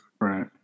Right